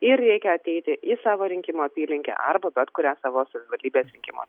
ir reikia ateiti į savo rinkimų apylinkę arba bet kurią savo savivaldybės rinkimo